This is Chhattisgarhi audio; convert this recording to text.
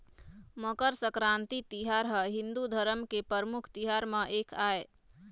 मकर संकरांति तिहार ह हिंदू धरम के परमुख तिहार म एक आय